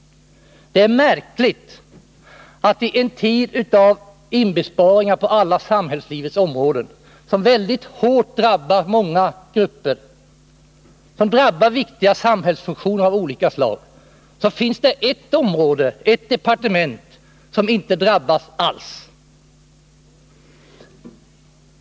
Det är märkligt att det i en tid med inbesparingar på alla samhällslivets områden — inbesparingar som väldigt hårt drabbar många grupper och samhällsfunktioner av olika slag — finns ett område, ett departement, som inte alls drabbas.